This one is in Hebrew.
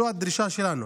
זו הדרישה שלנו.